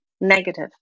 negative